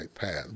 path